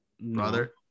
brother